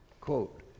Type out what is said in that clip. quote